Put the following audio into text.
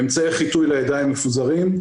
אמצעי חיטוי לידיים מפוזרים,